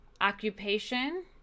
occupation